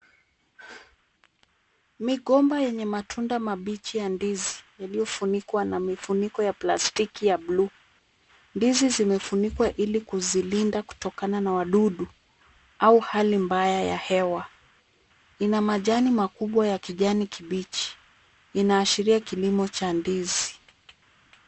Migomba yenye matunda mabichi ya ndizi yaliyofunikwa na mifuniko ya plastiki ya bluu. Ndizi zimefunikwa ili kuzilinda kutokana na wadudu au hali mbaya ya hewa. Ina majani makubwa ya kijani kibichi. Inaashiria kilimo cha ndizi.